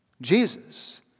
Jesus